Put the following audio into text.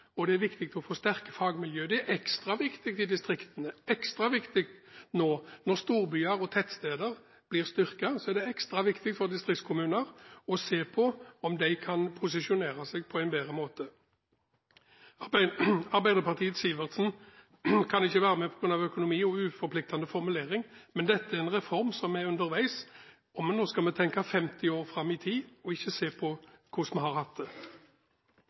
og det er viktig å få sterke fagmiljøer. Det er ekstra viktig i distriktene! Nå når storbyer og tettsteder blir styrket, er det ekstra viktig for distriktskommuner å se om de kan posisjonere seg på bedre måter. Arbeiderpartiets Sivertsen kan ikke være med på grunn av økonomi og uforpliktende formuleringer, men dette er en reform som er underveis, og nå skal vi tenke 50 år fram i tid – ikke på hvordan vi har hatt det.